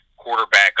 Quarterback